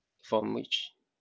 from which